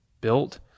built